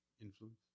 influence